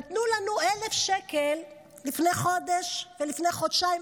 נתנו לנו 1,000 שקל לפני חודש ו-1,000 שקל לפני חודשיים,